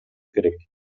керек